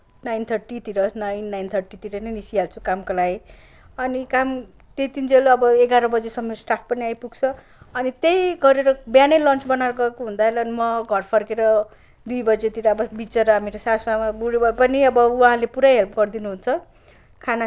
nine थर्टीतिर nine nine थर्टीतिर निस्किहाल्छु कामको लागि अनि काम त्यतिन्जेल अब एघाह्र बजीसम्म स्टाफ पनि आइपुग्छ अनि त्यही गरेर बिहानै लन्च बनाएर गएको हुँदा म घर फर्केर दुई बजीतिर अब बिचारा मेरो सासू आमा बुडी भएपनि अब उहाँले पुरै हेल्प गरिदिनुहुन्छ